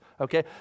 okay